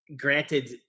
Granted